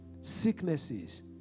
sicknesses